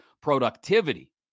productivity